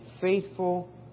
faithful